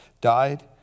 died